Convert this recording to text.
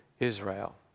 Israel